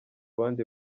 bandi